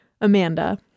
Amanda